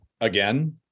again